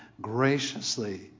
graciously